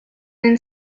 and